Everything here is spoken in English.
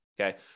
okay